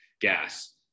gas